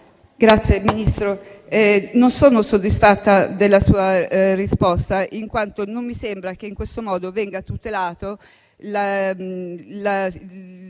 Signor Ministro, non sono soddisfatta della sua risposta, in quanto non mi sembra che in questo modo venga tutelato il sentimento